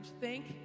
Thank